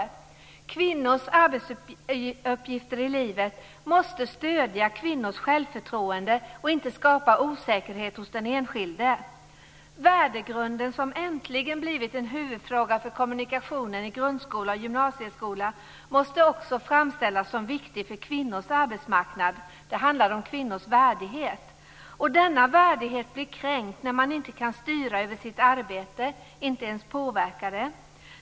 Kvinnors arbetsuppgifter i livet måste stödja kvinnors självförtroende och inte skapa osäkerhet hos den enskilde. Värdegrunden, som äntligen blivit en huvudfråga för kommunikationen i grundskola och gymnasieskola, måste också ställas fram som viktig för kvinnors arbetsmarknad. Det handlar om kvinnors värdighet. Denna värdighet blir kränkt när man inte kan styra över sitt arbete, inte ens påverka det.